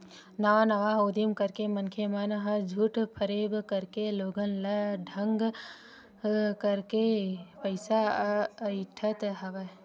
नवा नवा उदीम करके मनखे मन ह झूठ फरेब करके लोगन ल ठंग करके पइसा अइठत हवय